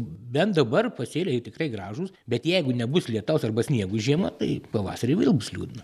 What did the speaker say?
bent dabar pasėliai tikrai gražūs bet jeigu nebus lietaus arba sniego žiema tai pavasarį vėl bus liūdna